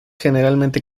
generalmente